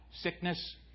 Sickness